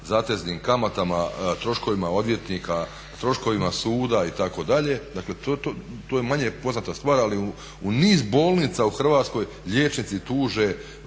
zateznim kamatama, troškovima odvjetnika, troškovima suda itd. Dakle, to je manje poznata stvar. Ali u niz bolnica u Hrvatskoj liječnici tuže